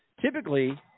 Typically